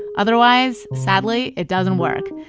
otherwise, sadly, it doesn't work.